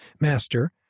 Master